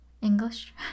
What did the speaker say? English